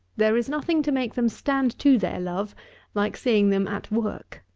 there is nothing to make them stand to their love like seeing them at work.